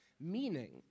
Meaning